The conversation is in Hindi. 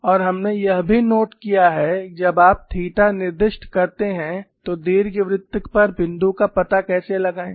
और हमने यह भी नोट किया है जब आप थीटा निर्दिष्ट करते हैं तो दीर्घवृत्त पर बिंदु का पता कैसे लगाएं